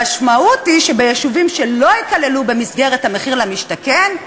המשמעות היא שביישובים שלא ייכללו במסגרת מחיר למשתכן,